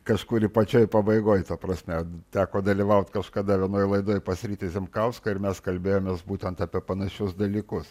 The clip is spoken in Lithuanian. kažkur pačioje pabaigoje ta prasme teko dalyvaut kažkada vienoj laidoj pas rytį zemkauską ir mes kalbėjomės būtent apie panašius dalykus